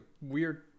weird